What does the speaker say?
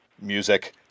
music